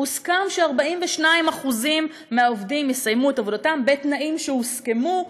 הוסכם ש-42% מהעובדים יסיימו את עבודתם בתנאים שהוסכמו,